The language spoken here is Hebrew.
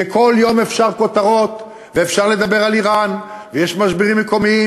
כי אפשר כל יום ליצור כותרות ואפשר לדבר על איראן ויש משברים מקומיים,